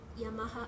yamaha